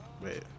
Wait